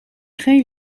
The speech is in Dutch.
geen